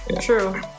true